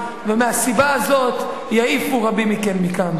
ומהסיבה הזאת יעיפו רבים מכם מכאן.